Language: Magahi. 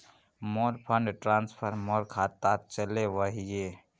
मोर फंड ट्रांसफर मोर खातात चले वहिये